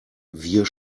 wir